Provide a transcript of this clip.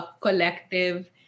collective